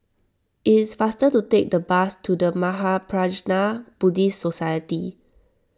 it is faster to take the bus to the Mahaprajna Buddhist Society